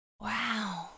Wow